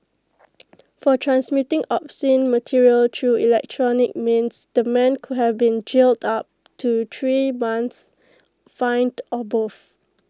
for transmitting obscene material through electronic means the man could have been jailed up to three months fined or both